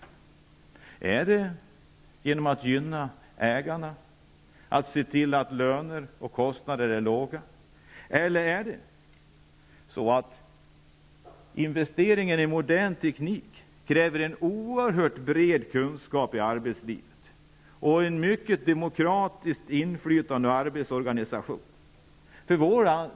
Skall det ske genom att man ser till att ägarna gynnas, att löner och kostnader är låga, eller kräver investeringar i modern teknik en oerhört bred kunskap i arbetslivet och ett mycket demokratiskt inflytande och en mycket demokratisk arbetsorganisation?